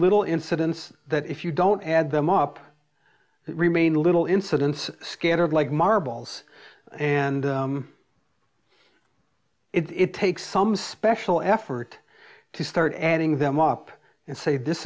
little incidents that if you don't add them up remain little incidents scattered like marbles and it takes some special effort to start adding them up and say this